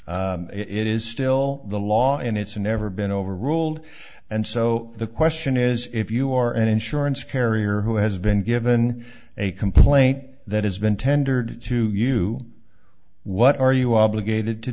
it is still the law and it's never been overruled and so the question is if you are an insurance carrier who has been given a complaint that has been tendered to you what are you obligated to